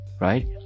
right